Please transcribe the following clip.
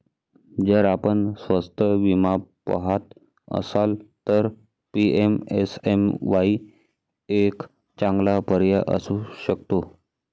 जर आपण स्वस्त विमा पहात असाल तर पी.एम.एस.एम.वाई एक चांगला पर्याय असू शकतो